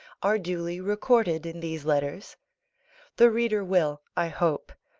are duly recorded in these letters the reader will, i hope,